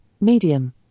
medium